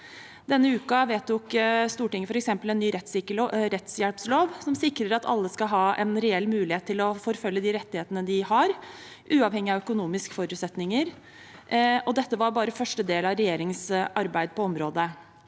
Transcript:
Denne uken vedtok Stortinget f.eks. en ny rettshjelplov, som sikrer at alle skal ha en reell mulighet til å forfølge de rettighetene de har, uavhengig av økonomiske forutsetninger. Dette var bare første del av regjeringens arbeid på området.